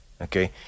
Okay